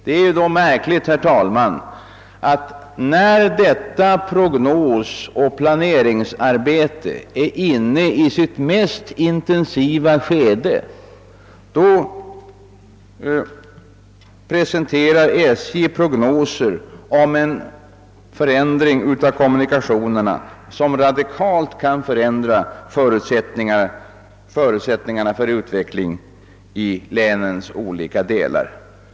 Det är då märkligt, herr talman, att när detta prognosoch planeringsarbete är inne i sitt mest intensiva skede presenterar SJ prognoser om en förändring av kommunikationerna, som radikalt kan rubba förutsättningarna för utvecklingen i länens olika delar.